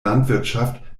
landwirtschaft